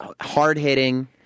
hard-hitting